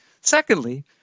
Secondly